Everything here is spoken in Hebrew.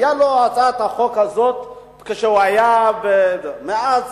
היתה לו הצעת החוק הזאת כשהוא היה שר, ומאז